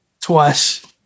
twice